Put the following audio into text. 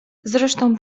zresztą